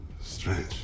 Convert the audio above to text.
Strange